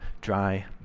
dry